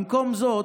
במקום זאת,